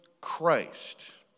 Christ